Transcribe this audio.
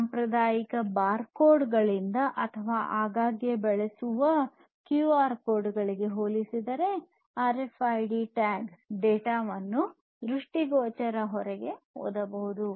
ಸಾಂಪ್ರದಾಯಿಕ bar code ಗಳಿಗೆ ಅಥವಾ ಆಗಾಗ್ಗೆ ಬಳಸುವ ಕ್ಯೂಆರ್ ಕೋಡ್ ಗಳಿಗೆ ಹೋಲಿಸಿದರೆ ಆರ್ಎಫ್ಐಡಿ ಟ್ಯಾಗ್ ಡೇಟಾವನ್ನು ದೃಷ್ಟಿಗೋಚರ ಹೊರಗೆ ಓದಬಹುದು